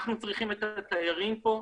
אנחנו צריכים את התיירים פה.